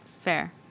Fair